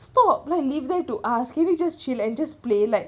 stop like leave them to ask can you just chill and just play like